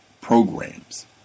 programs